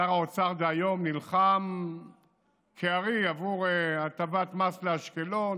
שר האוצר דהיום נלחם כארי עבור הטבת מס לאשקלון,